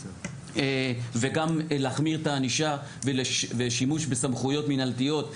וגם להחמיר את הענישה ושימוש בסמכויות מנהלתיות,